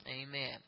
amen